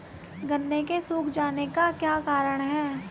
गन्ने के सूख जाने का क्या कारण है?